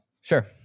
Sure